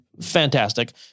Fantastic